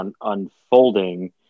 unfolding